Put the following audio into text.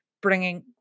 bringing